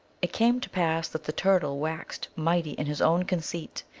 it came to pass that the turtle waxed mighty in his own conceit,